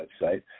website